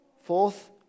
fourth